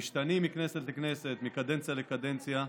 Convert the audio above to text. הם משתנים מכנסת לכנסת ומקדנציה לקדנציה.